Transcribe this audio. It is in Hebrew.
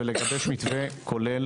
ולגבש מתווה כולל,